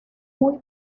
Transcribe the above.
muy